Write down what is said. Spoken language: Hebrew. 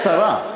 יש שרה.